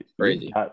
crazy